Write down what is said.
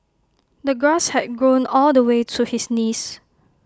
the grass had grown all the way to his knees